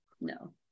No